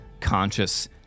conscious